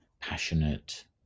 passionate